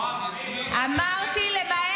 זה שקר מתועב, יסמין.